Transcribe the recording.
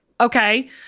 okay